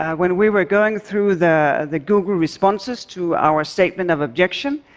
ah when we were going through the the google responses to our statement of objection,